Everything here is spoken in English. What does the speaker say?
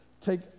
take